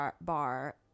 bar